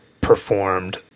performed